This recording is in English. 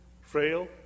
frail